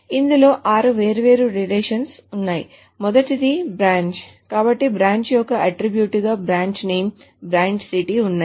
ఇందులో ఆరు వేర్వేరు రిలేషన్స్ ఉన్నాయి మొదటిది బ్రాంచ్ కాబట్టి బ్రాంచ్ యొక్క అట్ట్రిబ్యూట్స్ గా బ్రాంచ్ నేమ్ బ్రాంచ్ సిటీ ఉన్నాయి